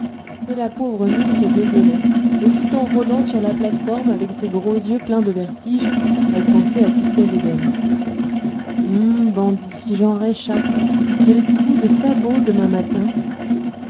et la pauvre mule se désolait et tout en rôdant sur la plate-forme avec ses gros yeux pleins de vertige elle pensait à tistet védène ah bandit si j'en réchappe quel coup de sabot demain matin